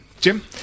Jim